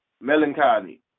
melancholy